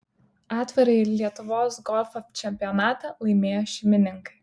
atvirąjį lietuvos golfo čempionatą laimėjo šeimininkai